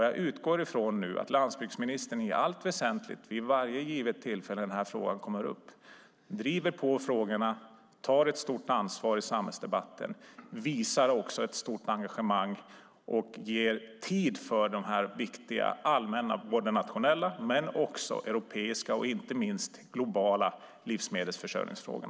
Jag utgår från att landsbygdsministern i allt väsentligt och vid varje tillfälle då detta kommer upp driver på, tar ett stort ansvar i samhällsdebatten, visar ett stort engagemang och ger tid för dessa viktiga nationella, europeiska och inte minst globala livsmedelsförsörjningsfrågor.